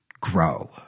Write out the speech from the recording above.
grow